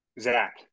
Zach